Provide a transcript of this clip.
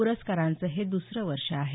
पुरस्कारांचं हे दुसरं वर्ष आहे